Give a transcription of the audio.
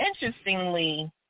Interestingly